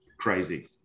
crazy